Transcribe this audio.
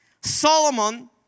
Solomon